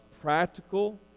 practical